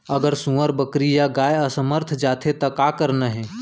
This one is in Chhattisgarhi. अगर सुअर, बकरी या गाय असमर्थ जाथे ता का करना हे?